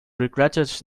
regretted